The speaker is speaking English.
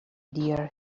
dear